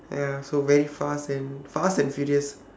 ya so very fast and fast and furious